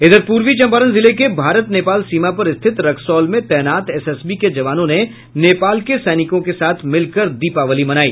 इधर पूर्वी चम्पारण जिले के भारत नेपाल सीमा पर स्थित रक्सौल में तैनात एसएसबी के जवानों ने नेपाल के सैनिकों के साथ मिलकर दीपावली मनाई